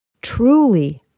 Truly